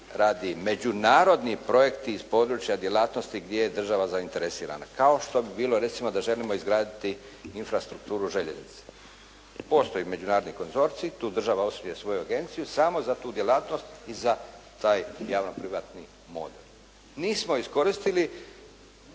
radi međunarodni projekt iz područja djelatnosti gdje je država zainteresirana, kao što bi bilo recimo da želimo izgraditi infrastrukturu željeznice. Postoji međunarodni konzorcij, tu država osniva svoju agenciju samo za tu djelatnost i za taj javno-privatni model. Nismo iskoristili,